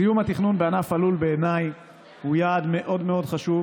סיום התכנון בענף הלול הוא בעיניי יעד מאוד חשוב,